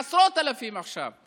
עשרות אלפים עכשיו,